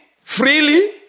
freely